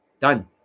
Done